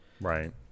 Right